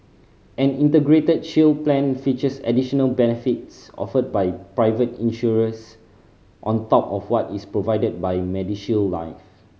an Integrated Shield Plan features additional benefits offered by private insurers on top of what is provided by MediShield Life